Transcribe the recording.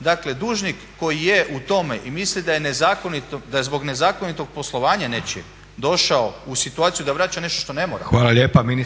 Dakle, dužnik koji je u tome i misli da je zbog nezakonitog poslovanja nečijeg došao u situaciju da vraća nešto što ne mora